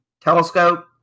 telescope